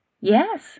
Yes